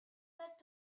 that